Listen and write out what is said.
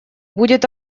будет